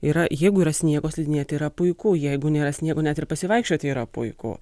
yra jeigu yra sniego slidinėti yra puiku jeigu nėra sniego net ir pasivaikščioti yra puiku